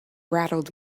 rattled